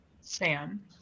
sam